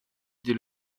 des